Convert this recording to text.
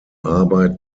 arbeit